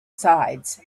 sides